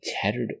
tattered